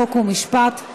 חוק ומשפט,